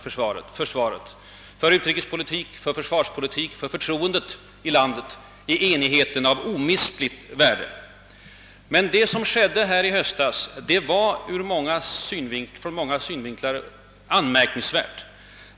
För vår utrikespolitik, för vår försvarspolitik och för förtroendet i landet är enigheten av omistligt värde. Det som skedde i höstas var emellertid ur mångas synvinkel anmärkningsvärt.